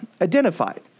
identified